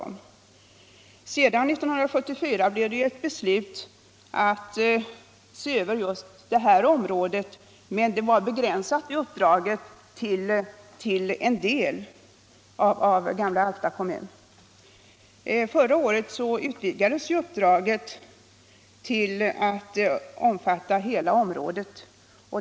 År 1974 fattades beslutet att man skulle se över just det här området. Det uppdraget var begränsat till en del av gamla Alfta kommun. Förra året utvidgades uppdraget till att omfatta hela området.